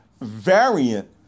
variant